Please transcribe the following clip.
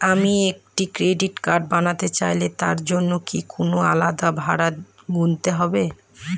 আমি একটি credit card বানাতে চাইলে তার জন্য কি কোনো আলাদা ভাড়া গুনতে হবে?